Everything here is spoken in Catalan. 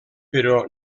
però